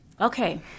Okay